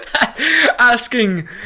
Asking